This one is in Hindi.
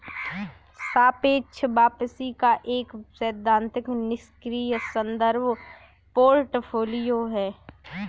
सापेक्ष वापसी एक सैद्धांतिक निष्क्रिय संदर्भ पोर्टफोलियो है